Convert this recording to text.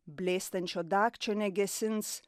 blėstančio dagčio negesins